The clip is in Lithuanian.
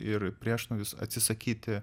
ir priešnuodis atsisakyti